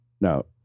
no